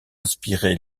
inspiré